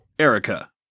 Erica